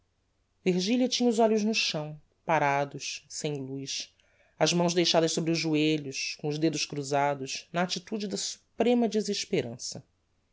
virgilia tinha os olhos no chão parados sem luz as mãos deixadas sobre os joelhos com os dedos cruzados na attitude da suprema desesperança